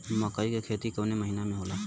मकई क खेती कवने महीना में होला?